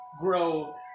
grow